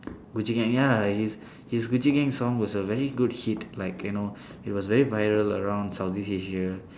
gucci gang ya his his gucci gang song was a very good hit like you know it was very viral around southeast asia